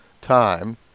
time